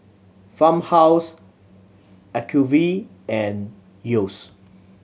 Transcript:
Farmhouse Acuvue and Yeo's